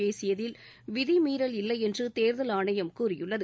பேசியதில் விதி மீறல் இல்லையென்று தேர்தல் ஆணையம் கூறியுள்ளது